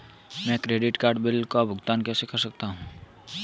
मैं credit card bill का भुगतान कैसे कर सकता हूं?